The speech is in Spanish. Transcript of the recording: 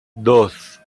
dos